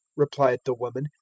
replied the woman,